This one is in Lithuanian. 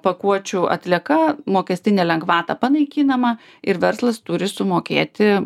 pakuočių atlieka mokestinė lengvata panaikinama ir verslas turi sumokėti